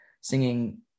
Singing